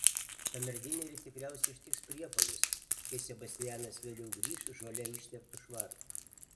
kamerdinerį tikriausiai ištiks priepuolis kai sebastianas vėliau grįš žole išteptu švarku